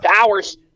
hours